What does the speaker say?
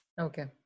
okay